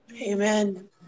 Amen